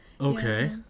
Okay